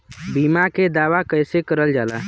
बीमा के दावा कैसे करल जाला?